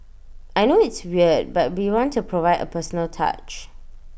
I know it's weird but we want to provide A personal touch